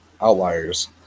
Outliers